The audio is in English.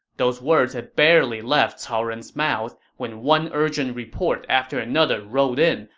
those words had barely left cao ren's mouth when one urgent report after another rolled in,